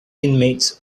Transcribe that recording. inmates